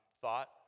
thought